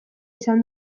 izan